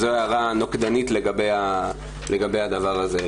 זו הערה נוקדנית לגבי הדבר הזה.